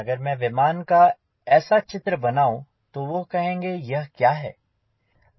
अगर मैं विमान का ऐसा चित्र बनाऊँ तो वह कहेंगे यह क्या है